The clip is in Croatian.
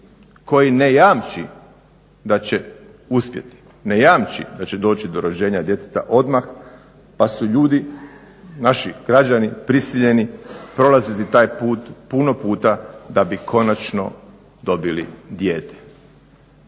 koji ne jamči da će uspjeti, ne jamči da će doći do rođenja djeteta odmah pa su ljudi, naši građani prisiljeni prolaziti taj put puno puta da bi konačno dobili dijete.